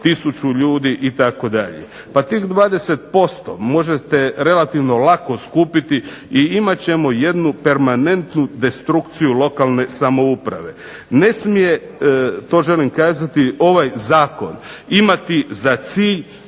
1000 ljudi itd. Pa tih 20% možete relativno lako skupiti i imat ćemo jednu permanentnu destrukciju lokalne samouprave. Ne smije, to želim kazati, ovaj zakon imati za cilj